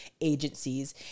agencies